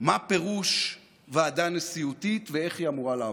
מה פירוש ועדה נשיאותית ואיך היא אמורה לעבוד.